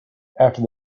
after